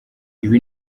ibi